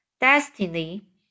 destiny